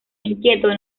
inquieto